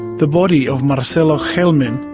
the body of marcelo gelman,